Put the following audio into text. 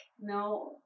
No